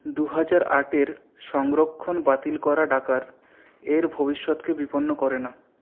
দু হাজার আটের সংরক্ষণ বাতিল করা ডাকার এর ভবিষ্যতকে বিপন্ন করে না